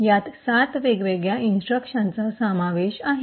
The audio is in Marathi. यात 7 वेगवेगळ्या इन्स्ट्रक्शनचा सामावेश आहे